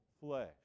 flesh